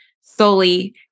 solely